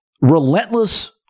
relentless